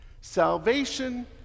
Salvation